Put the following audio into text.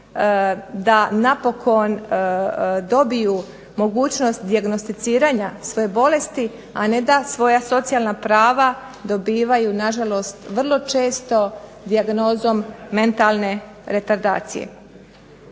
da napokon dobiju mogućnost dijagnosticiranja svoje bolesti, a ne da svoja socijalna prava dobivaju nažalost vrlo često dijagnozom mentalne retardacije.